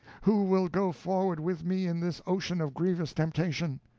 who will go forward with me in this ocean of grievous temptation?